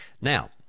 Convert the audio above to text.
Now